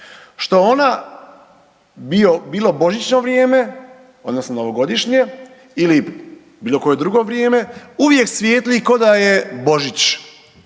što ona bilo božićno vrijeme odnosno novogodišnje ili bilo koje drugo vrijeme, uvijek svijetli k'o da je Božić.